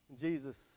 Jesus